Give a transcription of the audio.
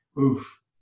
oof